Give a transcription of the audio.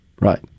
Right